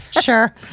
Sure